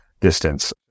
distance